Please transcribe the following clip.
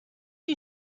you